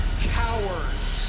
Cowards